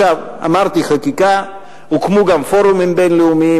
אמרתי חקיקה, הוקמו גם פורומים בין-לאומיים.